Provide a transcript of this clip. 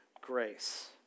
grace